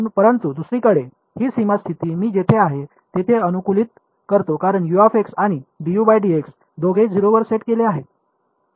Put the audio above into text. परंतु दुसरीकडे ही सीमा स्थिती मी जेथे आहे तेथे अनुकूलित करतो कारण आणि दोघेही 0 वर सेट केले आहेत